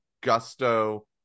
Gusto